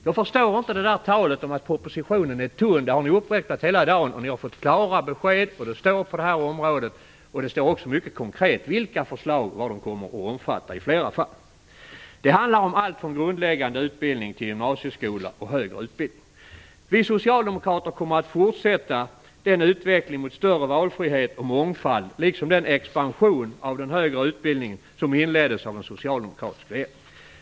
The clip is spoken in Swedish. Jag förstår inte det tal om att propositionen är tunn som ni har upprepat hela dagen. Ni har fått klara besked, och det anges i flera fall också mycket konkret vad förslagen kommer att omfatta. Det handlar om allt från grundläggande utbildning till gymnasieskola och högre utbildning. Vi socialdemokrater kommer att fortsätta den utveckling mot större valfrihet och mångfald liksom den expansion av den högre utbildningen som inleddes av en socialdemokratisk regering.